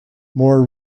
more